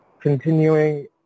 Continuing